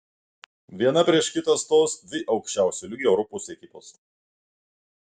viena prieš kitą stos dvi aukščiausio lygio europos ekipos